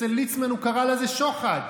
אצל ליצמן הוא קרא לזה שוחד,